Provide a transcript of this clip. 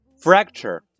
fracture